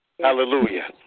Hallelujah